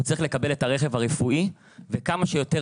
הוא צריך לקבל את הרכב הרפואי וכמה שיותר